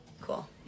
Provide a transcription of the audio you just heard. cool